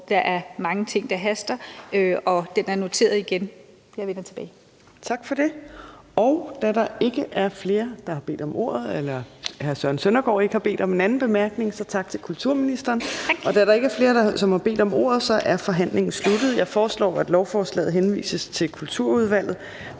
der er mange ting, der haster. Igen: Den er noteret, og jeg vender tilbage. Kl. 13:10 Fjerde næstformand (Trine Torp): Tak for det. Hr. Søren Søndergaard har ikke bedt om en anden bemærkning, så tak til kulturministeren. Da der ikke er flere, der har bedt om ordet, er forhandlingen sluttet. Jeg foreslår, at lovforslaget henvises til Kulturudvalget.